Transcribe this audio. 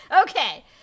Okay